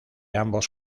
ambos